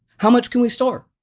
how much can we store?